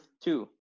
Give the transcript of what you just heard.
two